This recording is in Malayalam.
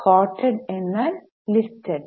കോട്ടഡ് എന്നാൽ ലിസ്റ്റഡ്